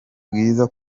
bwiza